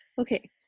Okay